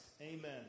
Amen